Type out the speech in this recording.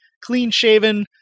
clean-shaven